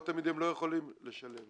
לא תמיד הם לא יכולים לשלם.